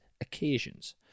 occasions